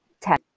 ten